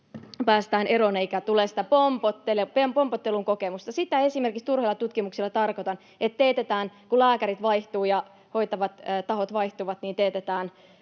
päästään eroon eikä tule sitä pompottelun kokemusta. Sitä esimerkiksi turhilla tutkimuksilla tarkoitan, että kun lääkärit vaihtuvat ja hoitavat tahot vaihtuvat, teetetään